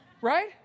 right